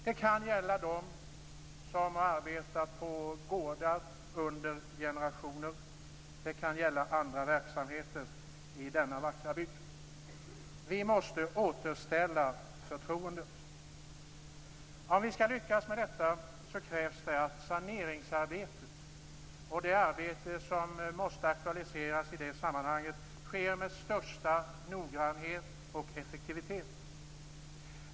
Det kan gälla dem som arbetar på gårdar som drivits under generationer, eller det kan gälla andra verksamheter i denna vackra bygd. Vi måste återställa förtroendet. Om vi skall lyckas med detta krävs att saneringsarbetet och det arbete som måste aktualiseras i det sammanhanget sker med största noggrannhet och effektivitet.